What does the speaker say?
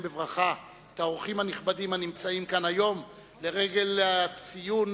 בברכה את האורחים הנכבדים הנמצאים כאן היום לרגל ציון